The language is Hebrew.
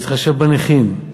להתחשב בנכים,